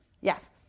Yes